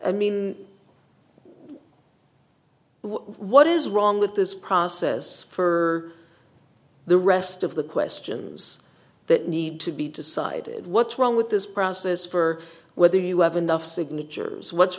i mean what is wrong with this process for the rest of the questions that need to be decided what's wrong with this process for whether you have enough signatures what's